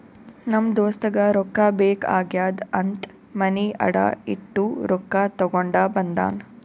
ನಮ್ ದೋಸ್ತಗ ರೊಕ್ಕಾ ಬೇಕ್ ಆಗ್ಯಾದ್ ಅಂತ್ ಮನಿ ಅಡಾ ಇಟ್ಟು ರೊಕ್ಕಾ ತಗೊಂಡ ಬಂದಾನ್